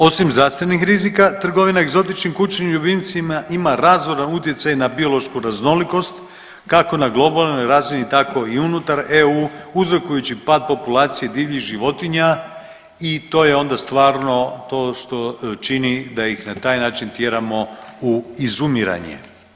Osim zdravstvenih rizika, trgovina egzotičnim kućnim ljubimcima ima razoran utjecaj na biološku raznolikost, kako na globalnoj razini, tako i unutar EU, uzrokujući pad populacije divljih životinja i to je onda stvarno, to što čini da ih na taj način tjeramo u izumiranje.